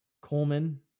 coleman